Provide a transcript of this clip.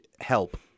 help